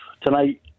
tonight